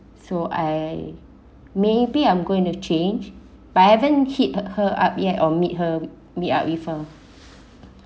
so I maybe I'm going to change but I haven't hit her her up yet or meet her meet up with her